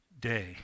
day